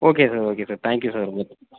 okay sir okay sir thank you sir